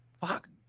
Fuck